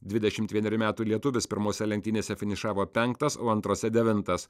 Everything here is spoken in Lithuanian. dvidešimt vienerių metų lietuvis pirmose lenktynėse finišavo penktas o antrose devintas